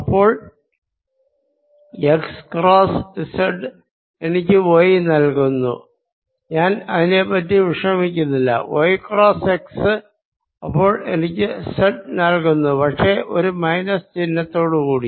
അപ്പോൾ x cross z എനിക്ക് y നൽകുന്നു ഞാൻ അതിനെപ്പറ്റി വിഷമിക്കുന്നില്ല y ക്രോസ്സ് x എനിക്ക് z നൽകുന്നു പക്ഷെ ഒരു മൈനസ് ചിഹ്നത്തോട് കൂടി